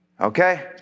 Okay